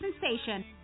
sensation